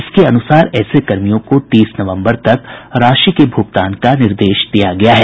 इसके अुनसार ऐसे कर्मियों को तीस नवम्बर तक राशि के भूगतान का निर्देश दिया गया है